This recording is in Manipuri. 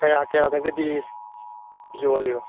ꯀꯌꯥ ꯀꯌꯥꯗꯒꯗꯤ ꯌꯣꯜꯂꯤꯕ